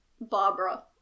Barbara